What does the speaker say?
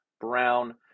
brown